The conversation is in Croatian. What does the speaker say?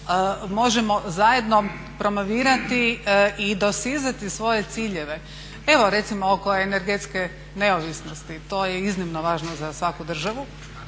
možemo zajedno promovirati i dostizati svoje ciljeve? Evo recimo oko energetske neovisnosti, to je iznimno važno za svaku državu.